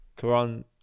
Quran